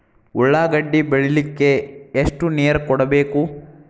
ಉಳ್ಳಾಗಡ್ಡಿ ಬೆಳಿಲಿಕ್ಕೆ ಎಷ್ಟು ನೇರ ಕೊಡಬೇಕು?